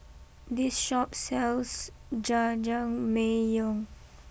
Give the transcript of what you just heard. this Shop sells Jajangmyeon